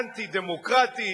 אנטי-דמוקרטית,